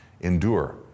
endure